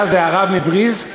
הרב מבריסק,